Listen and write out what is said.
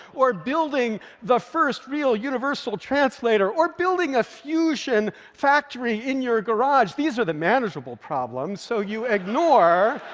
or building the first real universal translator, or building a fusion factory in your garage. these are the manageable problems, so you ignore